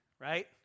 right